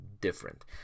different